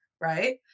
right